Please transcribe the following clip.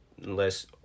less